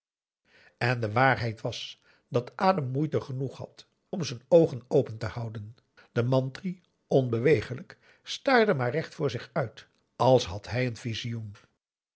en de waarheid was dat adam moeite genoeg had om z'n oogen open te houden de mantri onbeweeglijk staarde maar recht voor zich uit als had hij een visioen